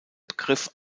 begriff